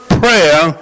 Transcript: prayer